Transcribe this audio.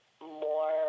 More